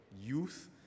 Youth